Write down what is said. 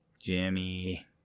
Jimmy